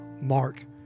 mark